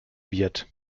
wird